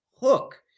hook